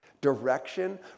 direction